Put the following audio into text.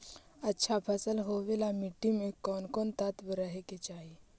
अच्छा फसल होबे ल मट्टी में कोन कोन तत्त्व रहे के चाही?